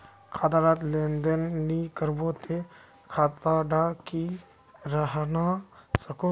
खाता डात लेन देन नि करबो ते खाता दा की रहना सकोहो?